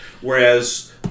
Whereas